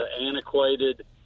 antiquated